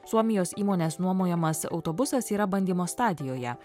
suomijos įmonės nuomojamas autobusas yra bandymo stadijoje